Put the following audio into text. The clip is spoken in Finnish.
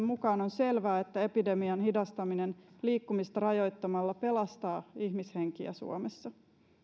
mukaan on selvää että epidemian hidastaminen liikkumista rajoittamalla pelastaa ihmishenkiä suomessa